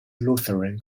lutheran